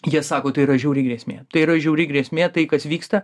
jie sako tai yra žiauri grėsmė tai yra žiauri grėsmė tai kas vyksta